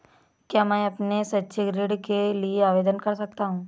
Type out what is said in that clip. क्या मैं अपने शैक्षिक ऋण के लिए आवेदन कर सकता हूँ?